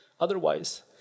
Otherwise